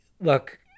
look